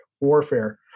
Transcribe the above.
warfare